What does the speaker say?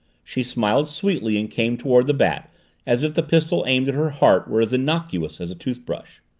she smiled sweetly and came toward the bat as if the pistol aimed at her heart were as innocuous as a toothbrush.